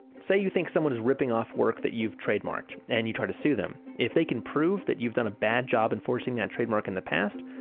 say, you think someone is ripping off work that you've trademarked and you try to sue them. if they can prove that you've done a bad job enforcing that trademark in the past,